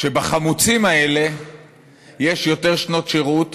שאצל החמוצים האלה יש יותר שנות שירות,